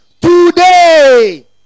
today